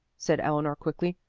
said eleanor, quickly,